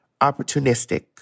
opportunistic